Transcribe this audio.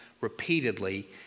repeatedly